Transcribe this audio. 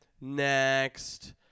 Next